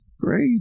Great